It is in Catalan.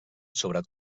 sobre